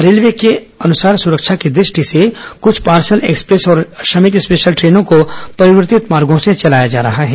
railway के अनुसार सुरक्षा की दृष्टि से कुछ पार्सल एक्सप्रेस और श्रमिक स्पेशल ट्रेनों को परिवर्तित मार्गो से चलाया जा रहा है